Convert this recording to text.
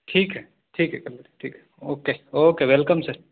ٹھیک ہے ٹھیک ہے ٹھیک ہے اوکے اوکے ویلکم سر